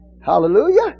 Hallelujah